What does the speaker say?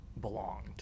belonged